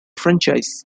franchise